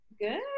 Good